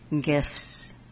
gifts